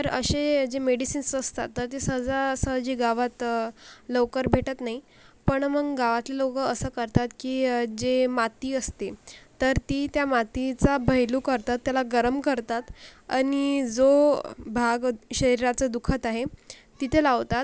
तर असे जे मेडिसिन्स असतात तर ते सहजासहजी गावात लवकर भेटत नाही पण मग गावातले लोकं असं करतात की जे माती असते तर ती त्या मातीचा भैलू करतात त्याला गरम करतात आणि जो भाग शरीराचा दुखत आहे तिथे लावतात